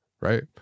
right